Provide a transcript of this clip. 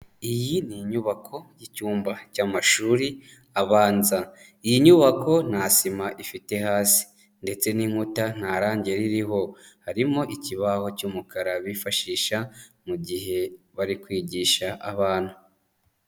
Iyi ni inyubako y'icyumba cy'amashuri abanza, iyi nyubako nta sima ifite hasi ndetse n'inkuta nta range ririho, harimo ikibaho cy'umukara bifashisha mu gihe bari kwigisha abana.